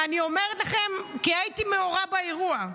ואני אומרת לכם, כי הייתי מעורה באירוע.